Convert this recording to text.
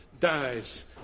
dies